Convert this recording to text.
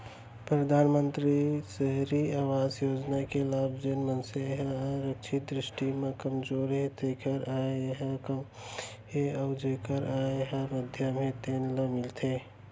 परधानमंतरी सहरी अवास योजना के लाभ जेन मनसे ह आरथिक दृस्टि म कमजोर हे जेखर आय ह कमती हे अउ जेखर आय ह मध्यम हे तेन ल मिलथे